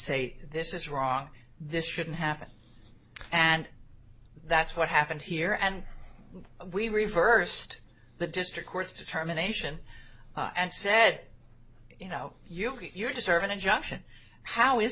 say this is wrong this shouldn't happen and that's what happened here and we reversed the district court's determination and said you know you get your deserve an injunction how is